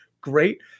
great